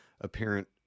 apparent